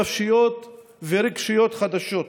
נפשיות ורגשיות חדשות.